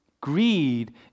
Greed